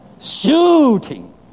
Shooting